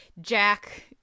Jack